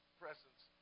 presence